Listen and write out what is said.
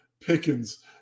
Pickens